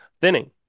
thinning